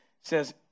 says